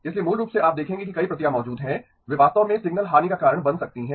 इसलिए मूल रूप से आप देखेंगे कि कई प्रतियां मौजूद हैं और वे वास्तव में सिग्नल हानि का कारण बन सकती हैं